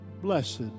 blessed